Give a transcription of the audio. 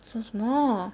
so small